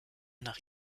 nach